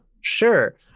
sure